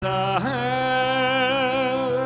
אהההה